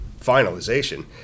finalization